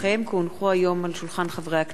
כי הונחו היום על שולחן הכנסת,